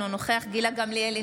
אינו נוכח גילה גמליאל,